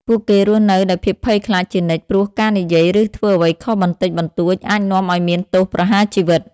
ពួកគេរស់នៅដោយភាពភ័យខ្លាចជានិច្ច ព្រោះការនិយាយ ឬធ្វើអ្វីខុសបន្តិចបន្តួចអាចនាំឲ្យមានទោសប្រហារជីវិត។